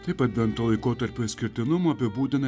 taip advento laikotarpio išskirtinumą apibūdina